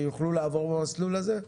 שיוכלו לעבור במסלול הזה?